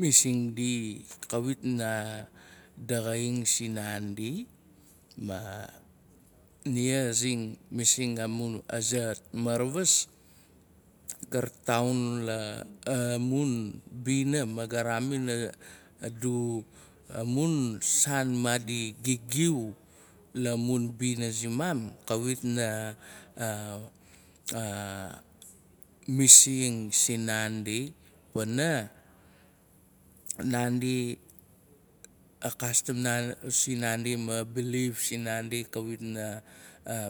Masing di kawit na daxaing sin naandi. Ma nia zing masing aza maravas. gar taun la mun bina ma ga raamin adu amun saan maadi gigiu la mun bina simaam. kawit na masing sin naandi. Pana nandi. a kastamsin naandi ma bilip sin naandi kawit na